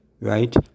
right